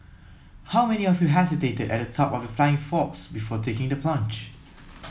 how many of you hesitated at the top of the flying fox before taking the plunge